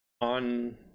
on